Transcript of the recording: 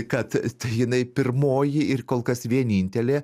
kad tai jinai pirmoji ir kol kas vienintelė